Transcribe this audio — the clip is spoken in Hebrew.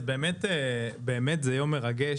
אז באמת זה יום מרגש,